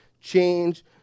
change